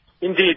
Indeed